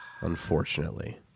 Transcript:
Unfortunately